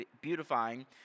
beautifying